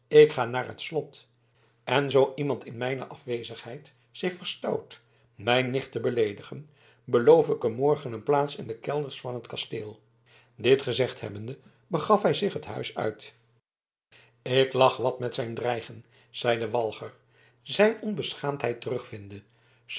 ik ga naar het slot en zoo iemand in mijne afwezigheid zich verstout mijn nicht te beleedigen beloof ik hem morgen een plaats in de kelders van het kasteel dit gezegd hebbende begaf hij zich het huis uit ik lach wat met zijn dreigen zeide walger zijn onbeschaamdheid terugvindende